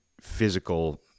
physical